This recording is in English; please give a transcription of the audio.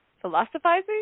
philosophizing